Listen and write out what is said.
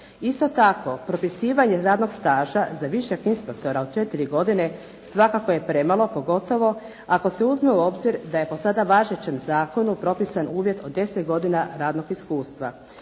Isto tako propisivanje radnog staža za višeg inspektora od četiri godine svakako je premalo pogotovo ako se uzme u obzir da je po sada važećem zakonu propisan uvjet od 10 godina radnog iskustva.